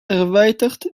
erweitert